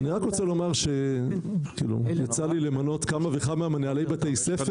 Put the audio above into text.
אני רק רוצה לומר שיצא לי למנות כמה וכמה מנהלי בתי ספר